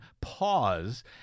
pause